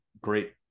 great